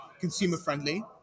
consumer-friendly